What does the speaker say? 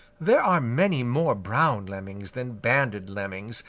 there are many more brown lemmings than banded lemmings,